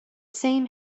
same